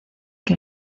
que